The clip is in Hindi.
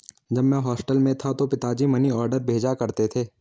जब मैं हॉस्टल में था तो पिताजी मनीऑर्डर भेजा करते थे